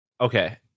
okay